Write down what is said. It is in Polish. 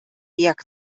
jak